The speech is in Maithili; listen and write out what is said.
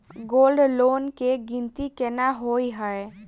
गोल्ड लोन केँ गिनती केना होइ हय?